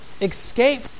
escape